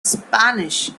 spanish